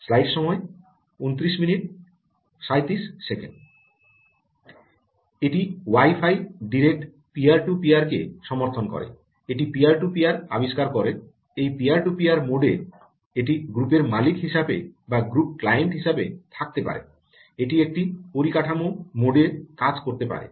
এটি wifi direct peer to পিয়ারকে সমর্থন করে এটি পিয়ার টু পিয়ার আবিষ্কার করে এই পিয়ার টু পিয়ার মোডে এটি গ্রুপের মালিক হিসাবে বা গ্রুপ ক্লায়েন্ট হিসাবে থাকতে পারে এটি একটি পরিকাঠামো মোডে কাজ করতে পারে